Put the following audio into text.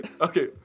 Okay